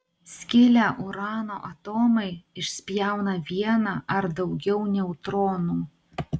skilę urano atomai išspjauna vieną ar daugiau neutronų